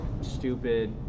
stupid